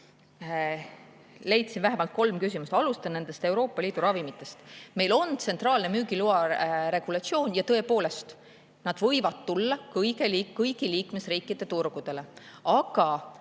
Leidsin vähemalt kolm küsimust. Alustan nendest Euroopa Liidu ravimitest. Meil on tsentraalne müügiloa regulatsioon ja tõepoolest, nad võivad tulla kõigi liikmesriikide turgudele, aga